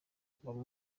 kuva